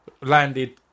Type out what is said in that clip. landed